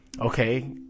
okay